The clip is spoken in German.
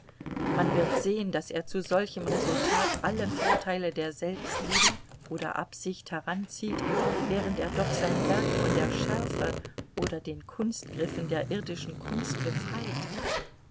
man wird sehen daß er zu solchem resultat alle vorteile der selbstliebe oder absicht heranzieht während er doch sein werk von der schärfe oder den kunstgriffen der irdischen kunst befreit